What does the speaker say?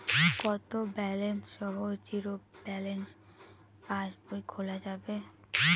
কত ব্যালেন্স সহ zero balance পাসবই খোলা যাবে?